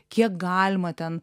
kiek galima ten